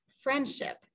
friendship